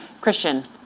Christian